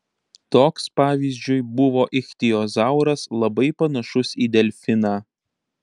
toks pavyzdžiui buvo ichtiozauras labai panašus į delfiną